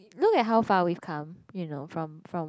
look at how far we come you know from from